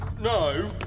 no